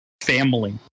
family